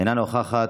אינה נוכחת.